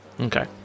Okay